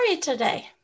today